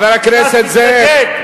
חבר הכנסת זאב.